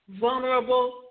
Vulnerable